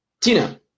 Tina